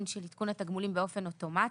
של עדכון התגמולים באופן אוטומטי,